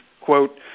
quote